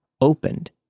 opened